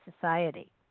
society